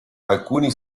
alcuni